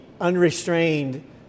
unrestrained